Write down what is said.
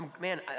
Man